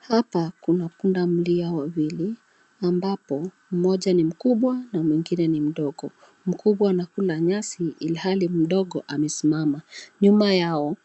Hapa kuna pundamilia wawili, ambapo mmoja ni mkubwa na mwingine ni mdogo. Mkubwa anakula nyasi, ilhali mdogo amesimama. Nyuma yao,